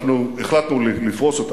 אנחנו החלטנו לפרוס אותה,